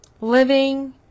living